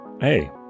hey